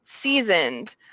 seasoned